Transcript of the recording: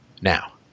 now